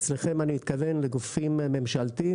אצלכם אני מתכוון לגופים ממשלתיים,